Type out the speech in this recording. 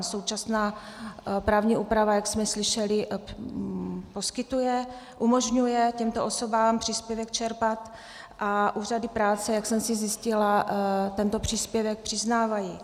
Současná právní úprava, jak jsme slyšeli, umožňuje těmto osobám příspěvek čerpat a úřady práce, jak jsem si zjistila, tento příspěvek přiznávají.